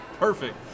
Perfect